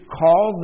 call